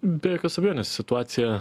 be jokios abejonės situacija